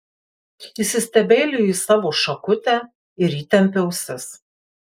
įsistebeiliju į savo šakutę ir įtempiu ausis